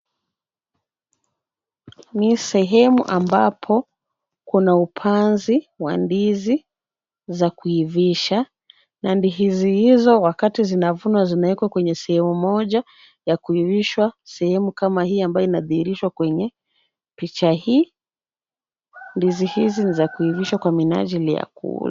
Ni sehemu ambapo kuna upanzi wa ndizi, za kuivisha. Na ndihizi hizo wakati zinavunwa zinawekwa kwenye sehemu moja ya kuivishwa. Sehemu kama hii ambayo inadhihirishwa kwenye picha hii. Ndizi hizi ni za kuivishwa kwa minajili ya kukula.